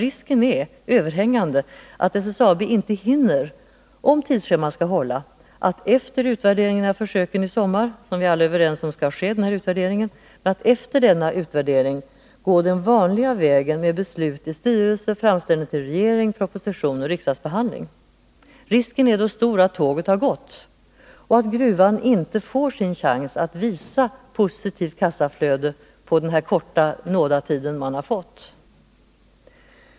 Risken är nämligen överhängande att SSAB inte hinner, om tidsschemat skall hållas, att efter utvärderingen av försöken i sommar — alla är överens om att denna utvärdering skall ske — gå den vanliga vägen med beslut i styrelsen, framställning till regeringen, propositionsskrivning och riksdagsbehandling. Risken är då stor att tåget har gått och att gruvan inte får sin chans att visa ett positivt kassaflöde på den korta nådatid man fått.